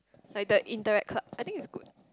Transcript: like the interact club I think is good